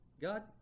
God